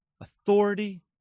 authority